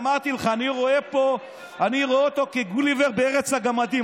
אמרתי לך: אני רואה אותו כגוליבר בארץ הגמדים.